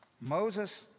Moses